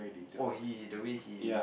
oh he the way he